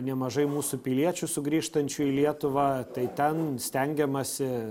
nemažai mūsų piliečių sugrįžtančių į lietuvą tai ten stengiamasi